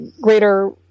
greater